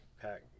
pack